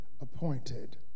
appointed